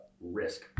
Risk